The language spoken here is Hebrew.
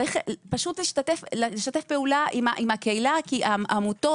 צריך פשוט לשתף פעולה עם הקהילה ועם העמותות,